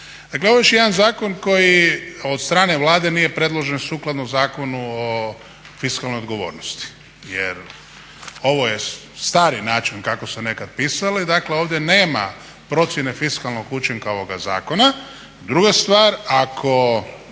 Dakle, ovo je još jedan zakon koji od strane Vlade nije predložen sukladno Zakonu o fiskalnoj odgovornosti, jer ovo je stari način kako se nekad pisalo. I dakle, ovdje nema procjene fiskalnog učinka ovoga zakona. Druga stvar, ako